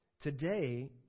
Today